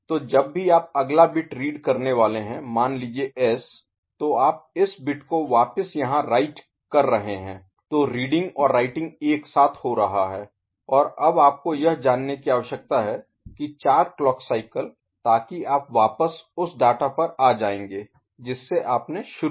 तो जब भी आपका अगला बिट रीड करने वाले हैं मान लीजिये 'S' तो आप इस बिट को यहाँ वापस राइट कर रहे हैं तो रीडिंग और राइटिंग एक साथ हो रहा है और अब आपको यह जानने की आवश्यकता है की 4 क्लॉक साइकिल ताकि आप वापस उस डाटा पर आ जायेंगे जिससे आपने शुरू किया था